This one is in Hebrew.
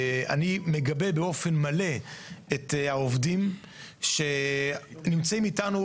אני מגבה באופן מלא את העובדים שנמצאים איתנו,